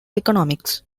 economics